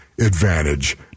advantage